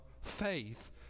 faith